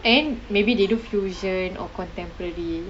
and maybe they do fusion or contemporary